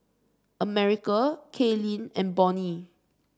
America Kailyn and Bonnie